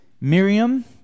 Miriam